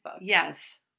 Yes